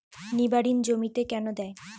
নিমারিন জমিতে কেন দেয়?